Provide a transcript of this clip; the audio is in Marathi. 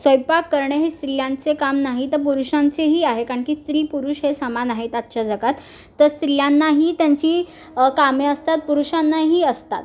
स्वयंपाक करणे हे स्त्रियांचे काम नाही तर पुरुषांचेही आहे कारण की स्त्री पुरुष हे समान आहेत आजच्या जगात तर स्त्रियांनाही त्यांची कामे असतात पुरुषांनाही असतात